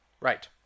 Right